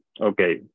Okay